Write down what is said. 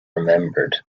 remembered